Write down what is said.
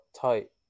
tight